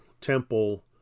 temple